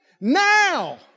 now